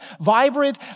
vibrant